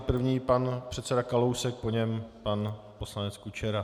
První pan předseda Kalousek, po něm pan poslanec Kučera.